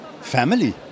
family